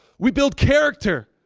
we build character.